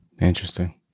Interesting